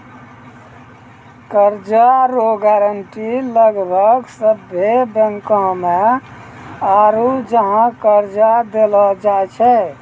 कर्जा रो गारंटी लगभग सभ्भे बैंको मे आरू जहाँ कर्जा देलो जाय छै